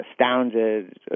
astounded